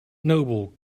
noble